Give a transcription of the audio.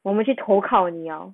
我们去投靠你哦